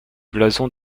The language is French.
blason